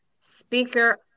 Speaker